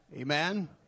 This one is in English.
Amen